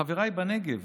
חבריי בנגב,